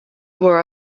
were